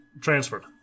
transferred